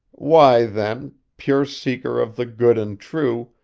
why, then, pure seeker of the good and true,